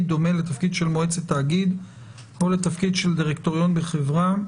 דומה לתפקיד של מועצת תאגיד או לתפקיד של דירקטוריון בחברה,